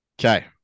okay